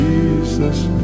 Jesus